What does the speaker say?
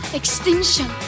extinction